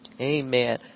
Amen